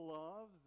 love